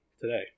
today